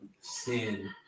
sin